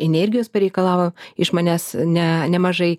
energijos pareikalavo iš manęs ne nemažai